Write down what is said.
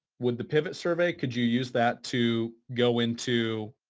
with the pivot survey, could you use that to go into,